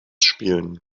spielen